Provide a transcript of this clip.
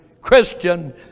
Christian